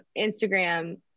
Instagram